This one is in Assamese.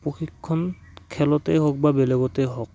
প্ৰশিক্ষণ খেলতেই হওক বা বেলেগতেই হওক